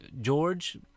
George